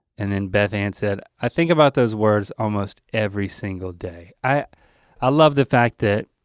and then beth ann said, i think about those words almost every single day. i i love the fact that